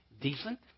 decent